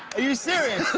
you serious.